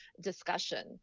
discussion